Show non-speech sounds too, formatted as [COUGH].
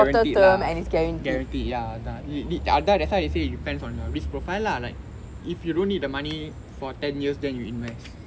guaranteed lah guarantee ya அதான்:athaan [NOISE] ya அதான்:athaan that's why I say it depends on you risk profile lah like if you don't need the money for ten years then you invest